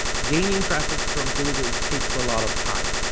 gaining traffic from google takes a lot of time.